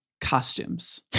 costumes